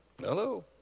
Hello